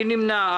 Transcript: מי נמנע?